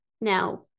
now